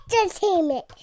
Entertainment